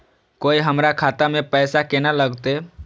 कोय हमरा खाता में पैसा केना लगते?